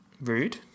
Rude